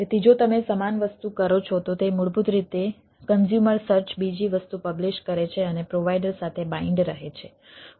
તેથી જો તમે સમાન વસ્તુ કરો છો તો તે મૂળભૂત રીતે કન્ઝ્યુમર સર્ચ બીજી વસ્તુ પબ્લીશ કરે છે અને પ્રોવાઈડર સાથે બાઈન્ડ રહે છે